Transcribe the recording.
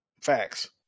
Facts